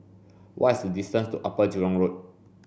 what is the distance to Upper Jurong Road